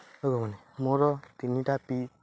ମୋର ତିନିଟା ପି